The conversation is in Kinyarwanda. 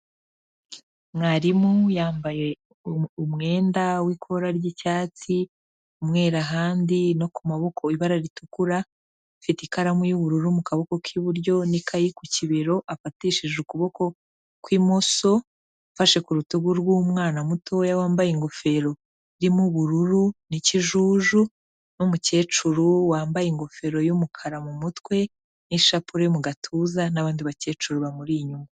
Mwarimu yambaye umwenda w'ikora ry'icyatsi, umweru ahandi no ku maboko ibara ritukura, afite ikaramu y'ubururu mu kaboko k'iburyo n'ikayi ku kibero afatishe ukuboko kw'imoso, afashe ku rutugu rw'umwana mutoya wambaye ingofero irimo ubururu n'ikijuju n'umukecuru wambaye ingofero y'umukara mu mutwe n'ishapure mu gatuza n'abandi bakecuru bamuri inyuma.